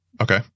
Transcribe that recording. Okay